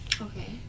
Okay